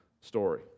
story